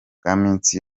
misi